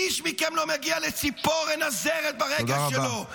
איש מכם לא מגיע לציפורן הזרת ברגל שלו --- תודה רבה.